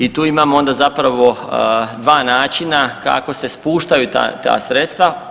I tu imamo onda zapravo dva načina kako se spuštaju ta sredstva.